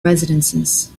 residences